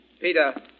Peter